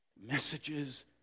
Messages